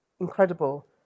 incredible